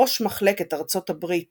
ראש מחלקת ארצות הברית